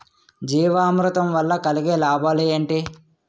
జీవామృతం వల్ల కలిగే లాభాలు ఏంటి?